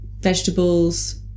vegetables